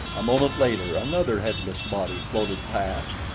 a moment later another headless body floated past,